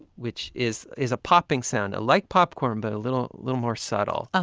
which is is a popping sound like popcorn, but a little little more subtle. ah